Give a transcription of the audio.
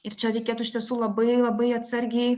ir čia reikėtų iš tiesų labai labai atsargiai